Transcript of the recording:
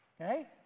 okay